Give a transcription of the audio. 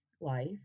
life